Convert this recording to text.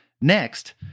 Next